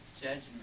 Judgment